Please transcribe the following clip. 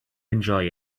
enjoy